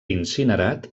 incinerat